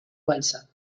balsa